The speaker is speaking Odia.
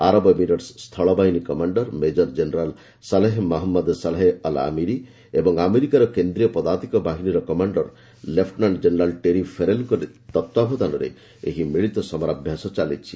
ଆରବ ଏମିରେଟ୍ସ ସ୍ଥଳବାହିନୀ commander major general Saleh Mohammed Saleh Al Amiri ଏବଂ ଆମେରିକାର କେନ୍ଦ୍ରୀୟ ପଦାତିକ ବାହିନୀର କମାଣ୍ଡର ଲେଫ୍ଟନାୟ ଜେନେରାଲ୍ ଟେରୀ ଫେରେଲ୍ଙ୍କ ତତ୍ତ୍ୱାବଧାନରେ ଏହି ମିଳିତ ସମରାଭ୍ୟାସ ଚାଲିଛି